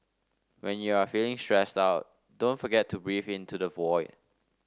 when you are feeling stressed out don't forget to breathe into the void